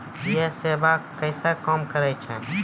यह सेवा कैसे काम करै है?